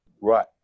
Right